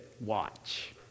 watch